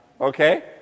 Okay